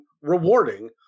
rewarding